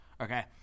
Okay